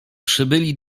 przybyli